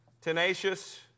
tenacious